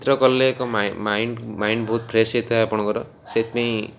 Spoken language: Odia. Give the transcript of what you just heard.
ଚିତ୍ର କଲେ ଏକ ମାଇଣ୍ଡ୍ ବହୁତ ଫ୍ରେସ୍ ହୋଇଥାଏ ଆପଣଙ୍କର ସେଇଥିପାଇଁ